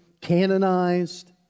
canonized